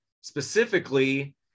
specifically